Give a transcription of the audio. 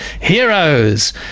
heroes